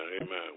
amen